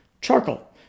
charcoal